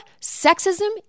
sexism